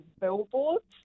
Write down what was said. billboards